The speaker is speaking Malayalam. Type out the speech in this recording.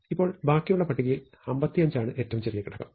ഇപ്പോൾ ബാക്കിയുള്ള പട്ടികയിൽ 55 ആണ് ഏറ്റവും ചെറിയ ഘടകം